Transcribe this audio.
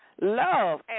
love